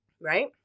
right